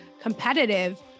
competitive